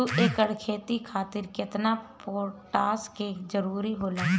दु एकड़ खेती खातिर केतना पोटाश के जरूरी होला?